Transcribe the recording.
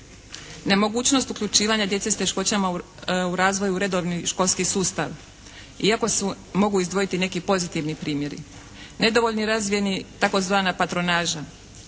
Nemogućnost uključivanja djece s teškoćama u razvoju u redovni školski sustav, iako se mogu izdvojiti neki pozitivni primjeri. Nedovoljno razvijena tzv. patronaža.